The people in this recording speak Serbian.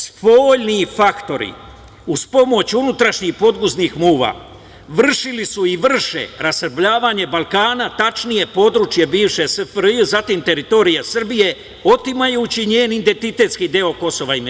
Spoljni faktori, uz pomoć unutrašnjih podguznih muva, vršili su i vrše rasrbljavanje Balkana, tačnije područje bivše SFRJ, zatim teritorije Srbije otimajući njen identitetski deo KiM.